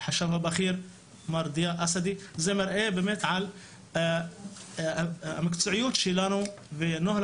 זה מראה באמת על המקצועיות שלנו ונוהל